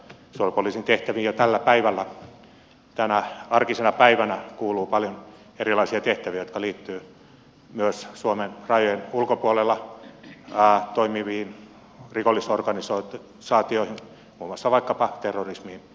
suojelupoliisin tehtäviin jo tänä päivänä tänä arkisena päivänä kuuluu paljon erilaisia tehtäviä jotka liittyvät myös suomen rajojen ulkopuolella toimiviin rikollisorganisaatioihin muun muassa vaikkapa terrorismiin